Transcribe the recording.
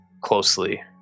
closely